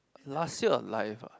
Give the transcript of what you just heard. last year of life ah